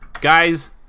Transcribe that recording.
Guys